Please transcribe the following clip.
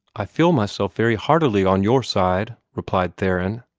i feel myself very heartily on your side, replied theron.